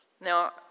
Now